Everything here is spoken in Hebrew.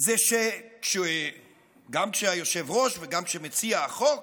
זה שגם היושב-ראש וגם מציע החוק